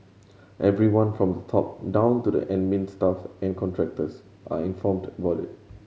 everyone from the top down to the admin staff and contractors are informed about it